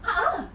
ah ah